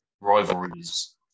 rivalries